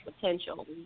potential